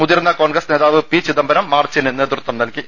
മുതിർന്ന കോൺഗ്രസ് നേതാവ് പി ചിദംബരം മാർച്ചിന് നേതൃത്വം നൽകി